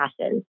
passes